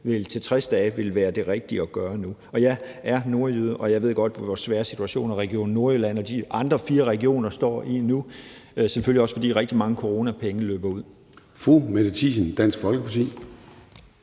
til 60 dage vil være det rigtige at gøre nu. Og jeg er nordjyde, og jeg ved godt, hvor svære situationer Region Nordjylland og de andre fire regioner står i nu, selvfølgelig også fordi rigtig mange coronapenge løber ud. Kl. 13:41 Formanden (Søren